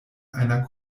einer